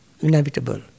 inevitable